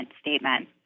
statement